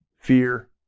fear